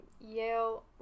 Yale